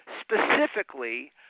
specifically